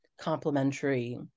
complementary